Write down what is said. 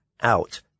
out